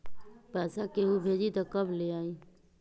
पैसा केहु भेजी त कब ले आई?